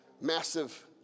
massive